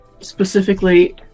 Specifically